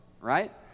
right